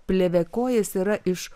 plėviakojas yra iš